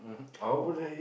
mmhmm oh